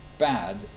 Bad